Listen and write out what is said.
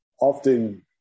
often